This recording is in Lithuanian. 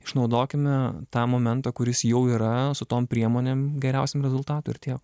išnaudokime tą momentą kuris jau yra su tom priemonėm geriausiam rezultatui ir tiek